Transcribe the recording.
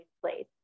place